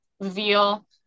veal